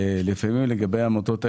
לפעמים לגבי העמותות האלה,